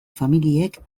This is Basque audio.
familiek